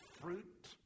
fruit